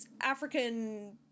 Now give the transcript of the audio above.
African